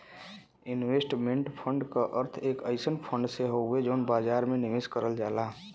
investment fund क अर्थ एक अइसन फण्ड से हउवे जौन बाजार में निवेश करल जाला